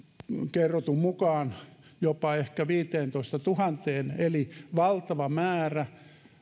kerrotun mukaan jopa ehkä viiteentoistatuhanteen eli valtava määrä